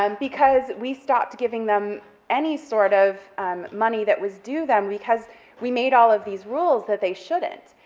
um because we stopped giving them any sort of money that was due them, because we made all of these rules that they shouldn't.